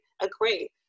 agree